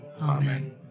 Amen